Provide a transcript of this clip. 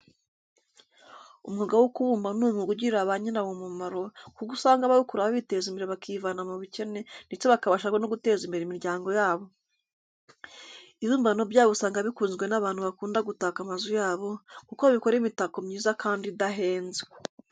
Umwuga wo kubumba ni umwuga ugirira ba nyirawo umumaro, kuko usanga abawukora biteza imbere bakivana mu bukene, ndetse bakabasha no guteza imbere imiryango yabo. Ibibumbano byabo usanga bikunzwe n'abantu bakunda gutaka amazu yabo, kuko bikora imitako myiza kandi idahenze.